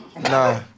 Nah